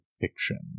fiction